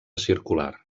circular